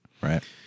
right